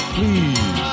Please